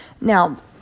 Now